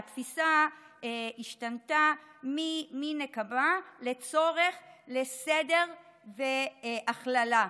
שהתפיסה השתנתה מנקמה לצורך בסדר והכללה,